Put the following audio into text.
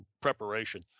preparation